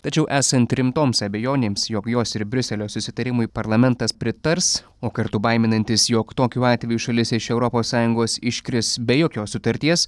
tačiau esant rimtoms abejonėms jog jos ir briuselio susitarimui parlamentas pritars o kartu baiminantis jog tokiu atveju šalis iš europos sąjungos iškris be jokios sutarties